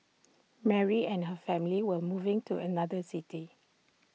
Mary and her family were moving to another city